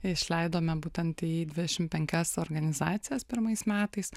išleidome būtent į dvidešim penkias organizacijas pirmais metais